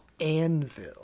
Anvil